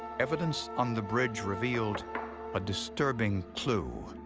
evidence on the bridge revealed a disturbing clue.